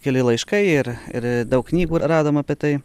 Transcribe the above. keli laiškai ir ir daug knygų radom apie tai